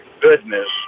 goodness